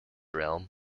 realm